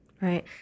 right